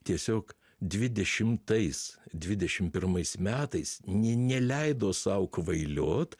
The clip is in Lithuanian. tiesiog dvidešimtais dvidešim pirmais metais ni neleido sau kvailiot